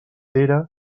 pere